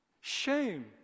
Shame